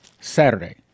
Saturday